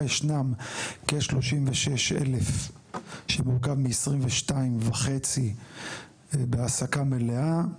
ישנם כ-36,000 שמורכב מ-22,500 בהעסקה מלאה,